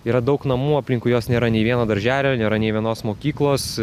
yra daug namų aplinkui juos nėra nei vieno darželio nėra nė vienos mokyklos